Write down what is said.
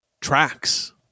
tracks